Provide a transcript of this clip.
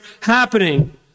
happening